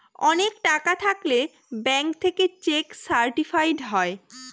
অনেক টাকা থাকলে ব্যাঙ্ক থেকে চেক সার্টিফাইড হয়